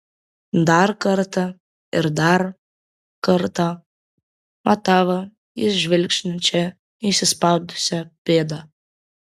dar kartą ir dar kartą matavo jis žvilgsniu čia įsispaudusią pėdą